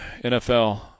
NFL